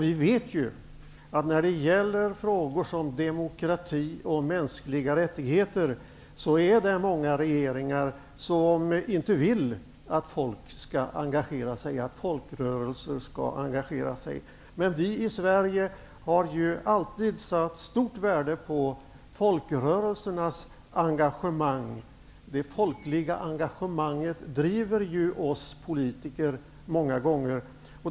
Vi vet att många regeringar inte vill att människor och folkrörelser skall engagera sig i frågor som demokrati och mänskliga rättigheter. Men vi i Sverige har alltid satt stort värde på folkrörelsernas engagemang. Det folkliga engagemanget driver ju många gånger oss politiker.